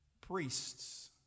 Priests